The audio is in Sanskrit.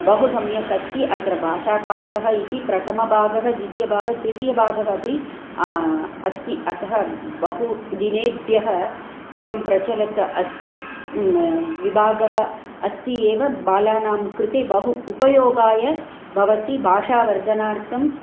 बहुसम्यक् अस्ति अत्र भाषापाकः इति प्रथमभागः द्वितीयभागः तृतीयभागः अपि अस्ति अतः बहुदिनेभ्यः एवं प्रचलत् अस्ति विभागः अस्ति एव बालानां कृते बहु उपयोगाय भवति भाषावर्धनार्थं